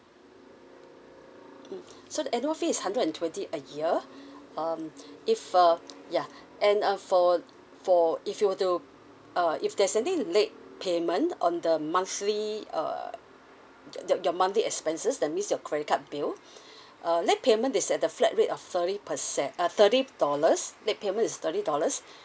mm so the annual fee is hundred and twenty a year um if uh yeah and uh for for if you were to uh if there's any late payment on the monthly uh your your monthly expenses that means your credit card bill uh late payment is at the flat rate of thirty percent uh thirty dollars late payment is thirty dollars